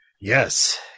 Yes